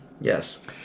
Yes